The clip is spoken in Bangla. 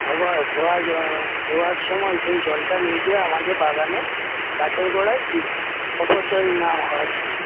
ধোয়ার সময় সেই জলটা নিজে আমাদের বাগানে গাছের গোড়ায় দিই অপচয় না হওয়ার জন্য